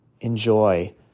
enjoy